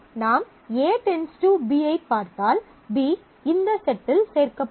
நாம் A → B ஐப் பார்த்தால் B இந்த செட்டில் சேர்க்கப்படும்